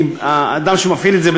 מהאדם שמפעיל את זה,